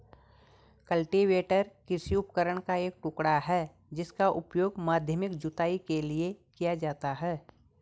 cultivator कृषि उपकरण का एक टुकड़ा है जिसका उपयोग माध्यमिक जुताई के लिए किया जाता है